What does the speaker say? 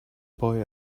boy